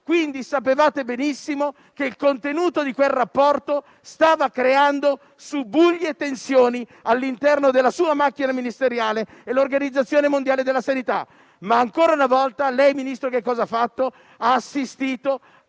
Quindi sapevate benissimo che il contenuto di quel rapporto stava creando subbuglio e tensioni all'interno della sua macchina ministeriale e dell'Organizzazione mondiale della sanità. Ancora una volta, però, lei, signor Ministro, ha assistito